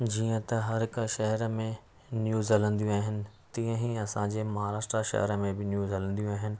जीअं त हर हिक शहर में न्यूज़ हलंदियूं आहिनि तीअं ई असां जे महाराष्ट्र शहर में बि न्यूज़ हलंदियूं आहिनि